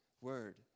word